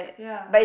yeah